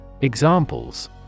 Examples